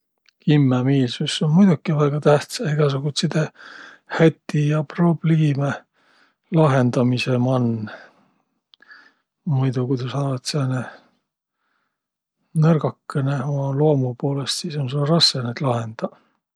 Kimmämiilsüs um muidoki väega tähtsä egäsugutsidõ häti ja probliime lahendamisõ man. Muido ku sa olõt sääne nõrgakõnõ uma loomu poolõst, sis um sul rassõ naid lahendaq.